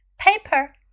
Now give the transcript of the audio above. Paper